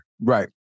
Right